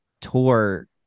tour